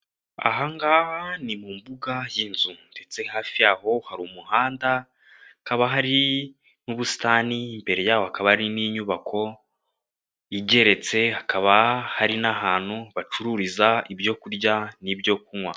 Aha ngaha ni mu mbuga y'inzu, ndetse hafi yaho hari umuhanda hakaba hari n'ubusitani, imbere yaho hakaba hari n'inyubako igeretse, hakaba hari n'ahantu bacururiza ibyo kurya n'ibyo kunywa.